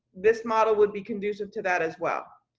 this model would be conducive to that as well.